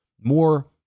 more